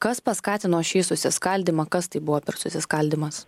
kas paskatino šį susiskaldymą kas tai buvo per susiskaldymas